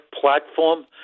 platform